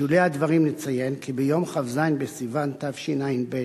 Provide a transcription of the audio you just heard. בשולי הדברים נציין כי ביום כ"ז בסיוון תשע"ב,